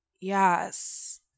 Yes